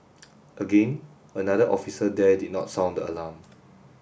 again another officer there did not sound the alarm